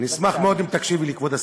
אני אשמח מאוד אם תקשיבי לי, כבוד השרה.